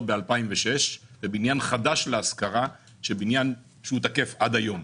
ב-2006 ובניין חדש להשכרה שהוא תקף עד היום.